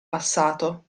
passato